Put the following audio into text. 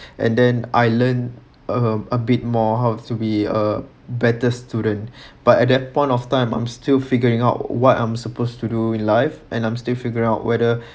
and then I learn a a bit more how to be a better student but at that point of time I'm still figuring out what I'm supposed to do in life and I'm still figuring out whether